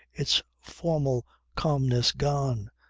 its formal calmness gone,